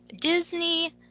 Disney